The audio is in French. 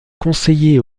conseiller